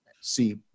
see